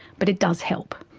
but it does help.